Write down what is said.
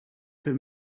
for